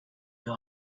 you